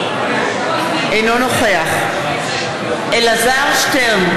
אינו נוכח אלעזר שטרן,